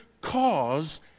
cause